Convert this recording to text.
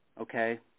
okay